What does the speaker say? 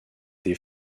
des